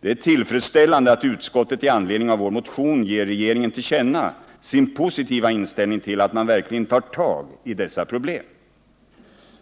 Det är tillfredsställande att utskottet med anledning av vår motion ger regeringen till känna sin positiva inställning till att man verkligen tar tag i dessa problem.